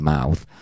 Mouth